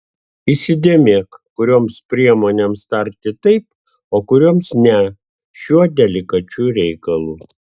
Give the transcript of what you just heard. įsidėmėk kurioms priemonėms tarti taip o kurioms ne šiuo delikačiu reikalu